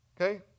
Okay